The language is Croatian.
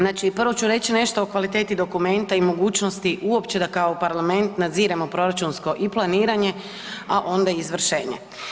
Znači prvo ću reći nešto o kvaliteti dokumenta i mogućnosti uopće da kao parlament nadziremo proračunsko i planiranje, a onda i izvršenje.